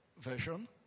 Version